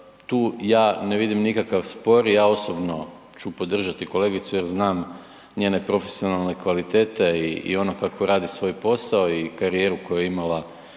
tu ja ne vidim nikakav spor, ja osobno ću podržati kolegicu jer znam njene profesionalne kvalitete i ono kako radi svoj posao i karijeru koju je imala